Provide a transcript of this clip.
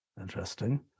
Interesting